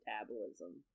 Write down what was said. metabolism